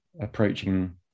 approaching